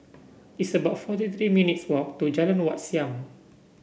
it's about forty three minutes' walk to Jalan Wat Siam